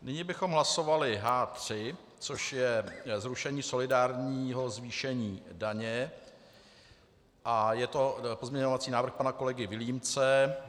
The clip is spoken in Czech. Nyní bychom hlasovali H3, což je zrušení solidárního zvýšení daně a je to pozměňovací návrh pana kolegy Vilímce.